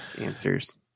answers